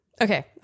Okay